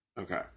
Okay